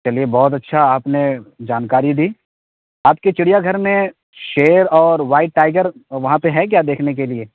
چلیے بہت اچھا آپ نے جانکاری دی آپ کے چڑیا گھر میں شیر اور وائٹ ٹائیگر وہاں پہ ہیں کیا دیکھنے کے لیے